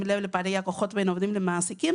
לב לפערי הכוחות בין עובדים לבין מעסיקים.